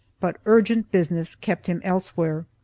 but urgent business kept him elsewhere.